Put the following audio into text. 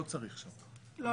לא צריך שם --- לא,